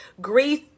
grief